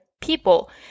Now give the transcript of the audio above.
people